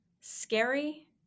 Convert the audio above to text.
scary